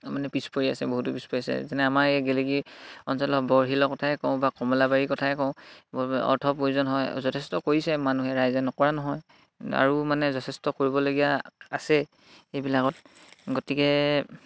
মানে পিছ পৰি আছে বহুতো পিছ পৰি আছে যেনে আমাৰ এই গেলেগী অঞ্চলৰ বৰশীল কথাই কওঁ বা কমলাবাৰীৰ কথাই কওঁ অৰ্থ প্ৰয়োজন হয় যথেষ্ট কৰিছে মানুহে ৰাইজে নকৰা নহয় আৰু মানে যথেষ্ট কৰিবলগীয়া আছে এইবিলাকত গতিকে